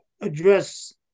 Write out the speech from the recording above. address